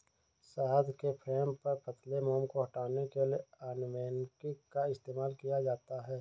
शहद के फ्रेम पर पतले मोम को हटाने के लिए अनकैपिंग का इस्तेमाल किया जाता है